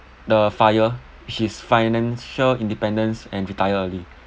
the FIRE which is financial independence and retire early